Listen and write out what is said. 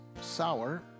sour